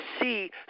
see